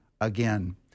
again